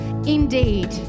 Indeed